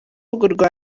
urubuga